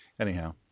Anyhow